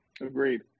Agreed